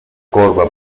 corba